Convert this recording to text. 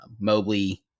Mobley